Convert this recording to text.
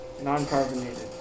non-carbonated